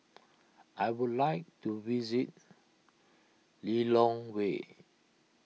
I would like to visit Lilongwe